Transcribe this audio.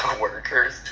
workers